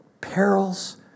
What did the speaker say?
perils